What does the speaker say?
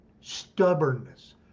stubbornness